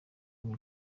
ngo